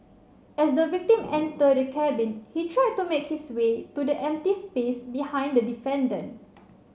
as the victim entered the cabin he tried to make his way to the empty space behind the defendant